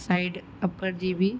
side upper जी बि